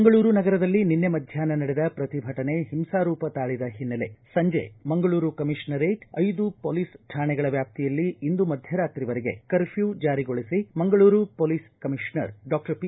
ಮಂಗಳೂರು ನಗರದಲ್ಲಿ ನಿನ್ನೆ ಮಧ್ಯಾಷ್ನ ನಡೆದ ಪ್ರತಿಭಟನೆ ಹಿಂಸಾರೂಪ ತಾಳಿದ ಹಿನ್ನೆಲೆ ಸಂಜೆ ಮಂಗಳೂರು ಕಮಿಷನರೇಟ್ ಐದು ಪೊಲೀಸ್ ಕಾಣೆಗಳ ವ್ಯಾಪ್ತಿಯಲ್ಲಿ ಇಂದು ಮಧ್ಯರಾತ್ರಿ ವರೆಗೆ ಕರ್ಫ್ಯೂ ಜಾರಿಗೊಳಿಸಿ Mangaluru police commissioner doctor P